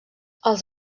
els